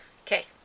Okay